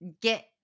get